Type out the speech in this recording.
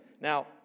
Now